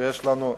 שכבר יש להן